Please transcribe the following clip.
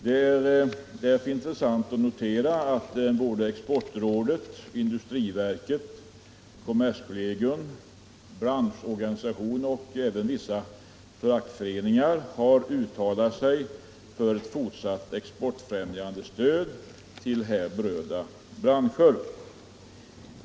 Det är därför intressant att notera att både Exportrådet, industriverket, kommerskollegium, branschorganisationer och även vissa fackföreningar har uttalat sig för att ett exportfrämjande stöd även i fortsättningen skall utgå till berörda branscher.